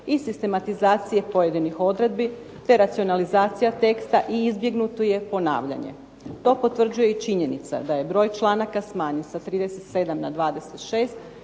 i sistematizacije pojedinih odredbi te racionalizacija teksta i izbjegnuto je ponavljanje. To potvrđuje i činjenica da je broj članaka smanjen sa 37 na 26,